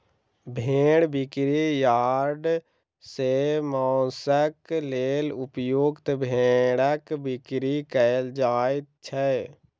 भेंड़ बिक्री यार्ड सॅ मौंसक लेल उपयुक्त भेंड़क बिक्री कयल जाइत छै